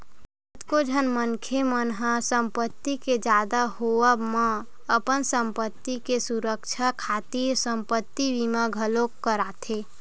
कतको झन मनखे मन ह संपत्ति के जादा होवब म अपन संपत्ति के सुरक्छा खातिर संपत्ति बीमा घलोक कराथे